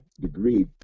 degree